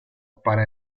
para